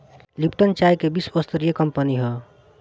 Lipton चाय के विश्वस्तरीय कंपनी हअ